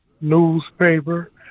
newspaper